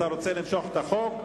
אתה רוצה למשוך את החוק?